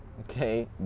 Okay